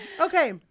okay